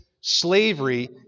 slavery